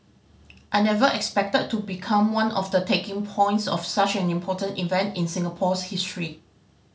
I never expected to become one of the taking points of such an important event in Singapore's history